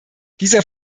dieser